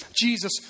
Jesus